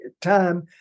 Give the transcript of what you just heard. time